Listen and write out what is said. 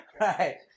Right